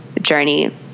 journey